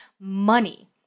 money